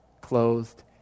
Clothed